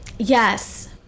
Yes